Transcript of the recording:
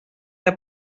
que